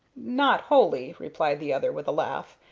not wholly, replied the other, with a laugh,